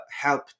help